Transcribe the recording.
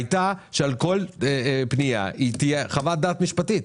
הייתה שעל כל פנייה תהיה חוות דעת משפטית,